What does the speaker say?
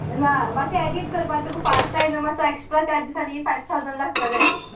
ना माश्शे एडीट करपा तुका फास्ट जाय न्हू मास्सो एक्श्ट्रा चार्जीस आनी फायव थावजंड लागतले